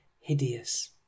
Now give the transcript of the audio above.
hideous